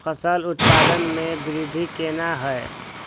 फसल उत्पादन में वृद्धि केना हैं?